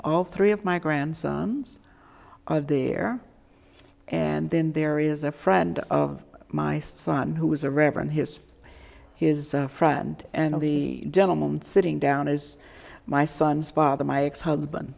all three of my grandsons are there and then there is a friend of my son who is a reverend his he is a friend and the gentleman sitting down is my son's father my ex husband